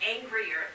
angrier